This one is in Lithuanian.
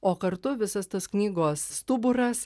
o kartu visas tas knygos stuburas